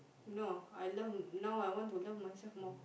no I love now I want to love myself more